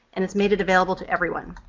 and it's made it available to everyone,